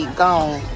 gone